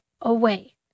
away